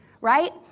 right